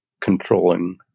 controlling